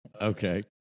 Okay